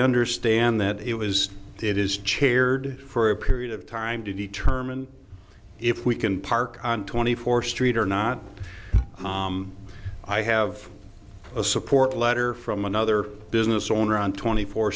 understand that it was it is chaired for a period of time to determine if we can park on twenty four street or not i have a support letter from another business owner on twenty four